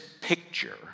picture